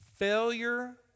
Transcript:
Failure